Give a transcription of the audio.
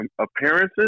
appearances